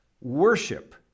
worship